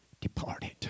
departed